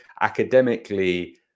Academically